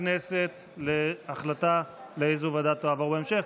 הכנסת להחלטה לאיזו ועדה היא תעבור בהמשך.